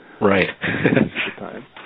right